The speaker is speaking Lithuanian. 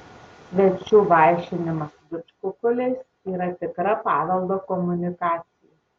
svečių vaišinimas didžkukuliais yra tikra paveldo komunikacija